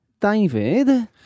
David